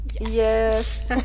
Yes